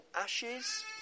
ashes